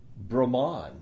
Brahman